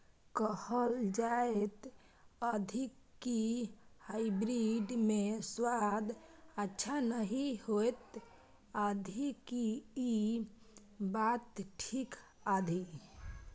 कहल जायत अछि की हाइब्रिड मे स्वाद अच्छा नही होयत अछि, की इ बात ठीक अछि?